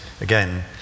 again